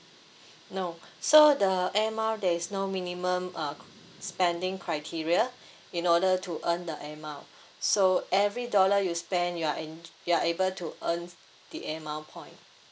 no so the air mile there is no minimum uh spending criteria in order to earn the air mile so every dollar you spend you're en~ you are able to earn the air mile point